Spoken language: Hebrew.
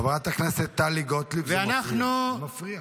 --- חברת הכנסת טלי גוטליב, זה מפריע.